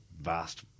vast